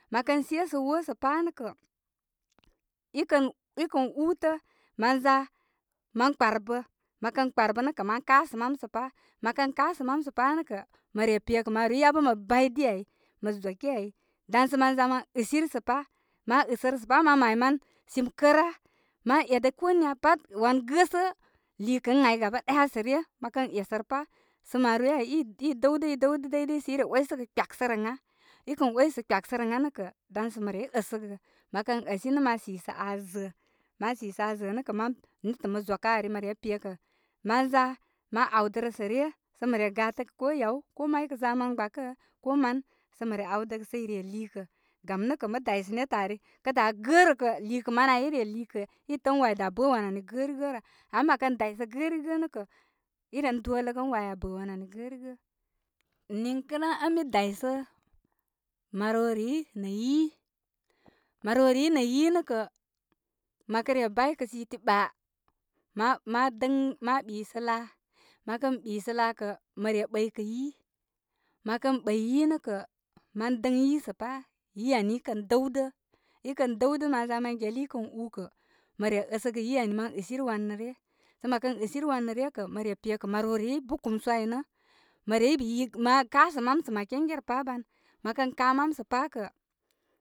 Mə kən sesə woo sə' pa' nə' kə' i kə- i kə ūūtə. Mən za mən kparbə. Mə kən kparbə nə' kə' mən kaasə mam sə' pa'. Mə kən kaasə mam sə' pa' nə' kə mə re pekə marorii yabə mā baydi ai, mə zoki ai. Dan sə mən za mə ɨsiri sə pɨ ma ɨsə rə sə pa' ma mayman sim kəra. Man edə ko niya pa wan gə sə liikən ai gaba ɗaya sə' ryə. Mə kə esərə sə' pa'. Sə marovoi ai i dəwdə i dəwdə dəydəy sə i re oysəgə kpek sərəna. i kən oysə kpeksərəya nə kə' dan sə mə rey əsəgə. Mə kə əsi nə' ma sisə aa zə'ə'. Ma sisə aa zə'ə' nə kə' netə mə zokə kari mə re pekə ma za ma awdərə sə ryə sə mə re gatəgə ko yaw ko may kə za man gbakə ko man sə mə awdə gə sə i liikə'. Gam nə kə mə daysə netə ari. Kə daa gəərə kə, lii kə' manə ai i re liikə i təə an waa ai daa bə wan ani gərigə rə ama mə kən daysə gərigə nə' kə' i ren doləgə in waa ai aa bə' wan ani gərigə. Niŋkə' nə' ən mi daysə marorii nə yi. Marorii nə yi nə kə, mə kə re baykə, siti ɓa ma ma dən ma ɓisə laa, mə kə ɓisə laa kə mə ɓəykə yi, mə kən ɓəy yi nə kə', mə də yi sə pa. Yi ani i kən dəwdə, i kən dəwdə ma za ma gyali i kən uukə, mə re asəgə yi ani, mən ɨsiri wan rə ryə. Sə mə kə ɨsiri wan rə ryə kə, mə pe kə marorii būkumsu ai nə mə rey yi, ma kaasə mam sə makeŋge re pa ban. Mə kon ka mam sə pa kə.